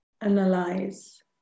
analyze